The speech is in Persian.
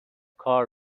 کار